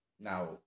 Now